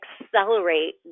accelerate